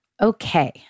Okay